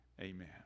amen